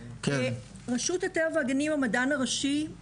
רשות הטבע והגנים, המדען הראשי.